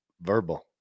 Verbal